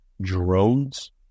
drones